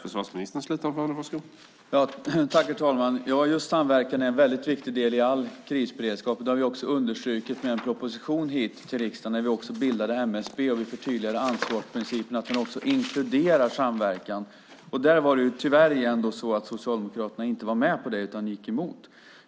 Herr talman! Ja, just samverkan är en väldigt viktig del i all krisberedskap. Det har vi också understrukit med en proposition till riksdagen, då vi bildade MSB och förtydligade ansvarsprincipen, att den också inkluderar samverkan. Där var det tyvärr igen så att Socialdemokraterna inte var med på det utan gick emot.